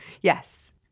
Yes